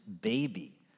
baby